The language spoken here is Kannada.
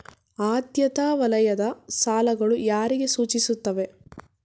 ಆದ್ಯತಾ ವಲಯದ ಸಾಲಗಳು ಯಾರಿಗೆ ಸೂಚಿಸುತ್ತವೆ?